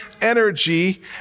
energy